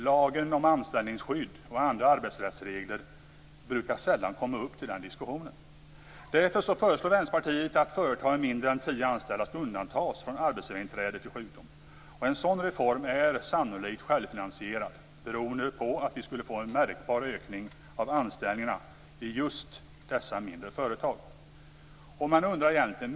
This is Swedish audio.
Lagen om anställningsskydd och andra arbetsrättsregler brukar sällan komma upp till diskussion. Därför föreslår Vänsterpartiet att företag med mindre än tio anställda skall undantas från arbetsgivarinträde vid sjukdom. En sådan reform är sannolikt självfinansierad beroende på att den skulle leda till en märkbar ökning av anställningar i just de mindre företagen.